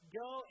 go